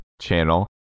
channel